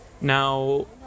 Now